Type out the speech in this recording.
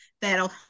that'll